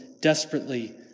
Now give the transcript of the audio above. desperately